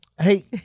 Hey